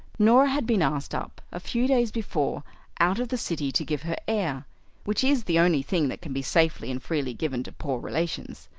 norah had been asked up a few days before out of the city to give her air which is the only thing that can be safely and freely given to poor relations.